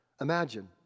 Imagine